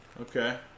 Okay